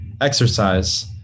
exercise